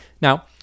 Now